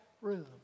room